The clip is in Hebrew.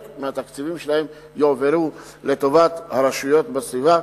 מהתקציבים שלהם יועברו לטובת הרשויות בסביבה,